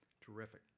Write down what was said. terrific